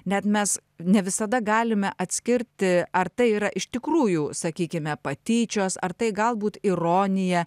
net mes ne visada galime atskirti ar tai yra iš tikrųjų sakykime patyčios ar tai galbūt ironija